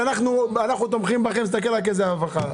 משרד הרווחה?